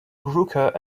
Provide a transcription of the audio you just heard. brooker